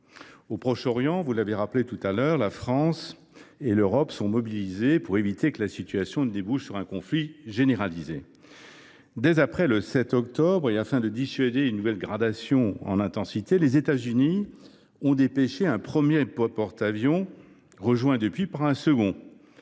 Au Proche Orient, comme vous l’avez rappelé tout à l’heure, la France et l’Europe sont mobilisées pour éviter que la situation débouche sur un conflit généralisé. Dès après le 7 octobre 2023, afin de dissuader de nouvelles gradations en intensité, les États Unis ont dépêché dans la région un premier porte avions, rejoint depuis par un second.